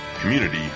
community